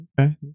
Okay